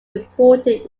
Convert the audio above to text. reported